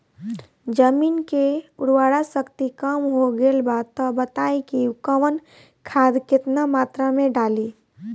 जमीन के उर्वारा शक्ति कम हो गेल बा तऽ बताईं कि कवन खाद केतना मत्रा में डालि?